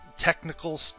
technical